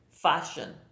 fashion